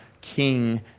king